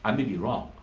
um be be wrong.